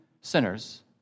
sinners